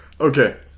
Okay